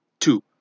two